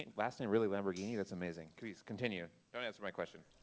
last name really lamborghini? that's amazing. please continue, don't answer my question.